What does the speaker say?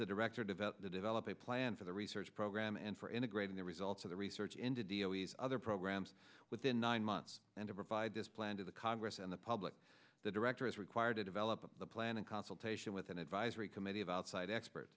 the director developer to develop a plan for the research program and for integrating the results of the research into d o d s other programs within nine months and provide this plan to the congress and the public the director is required to develop a plan in consultation with an advisory committee of outside expert